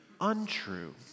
untrue